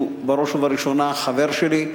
שהוא בראש ובראשונה חבר שלי,